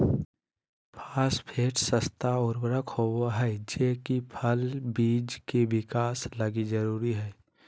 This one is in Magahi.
फास्फेट सस्ता उर्वरक होबा हइ जे कि फल बिज के विकास लगी जरूरी हइ